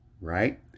right